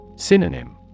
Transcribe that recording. Synonym